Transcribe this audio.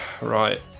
Right